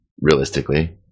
realistically